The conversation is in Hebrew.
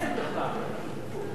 ההצעה להעביר את